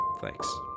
thanks